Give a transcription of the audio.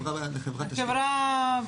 חברת תשתיות.